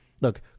look